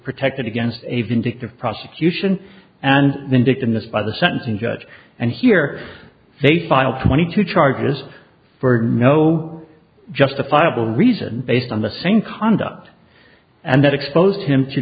protected against a vindictive prosecution and then victim this by the sentencing judge and here they filed twenty two charges for no justifiable reason based on the same conduct and that exposed him to